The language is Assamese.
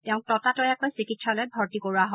তেওঁক ততাতৈয়াকৈ চিকিৎসালয়ত ভৰ্তি কৰোৱা হয়